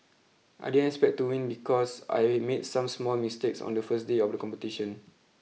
I didn't expect to win because I made some small mistakes on the first day of the competition